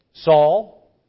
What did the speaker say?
Saul